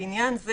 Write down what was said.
לעניין זה,